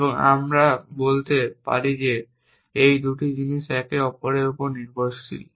এবং আমরা বলতে পারি যে এই দুটি জিনিস একে অপরের উপর নির্ভরশীল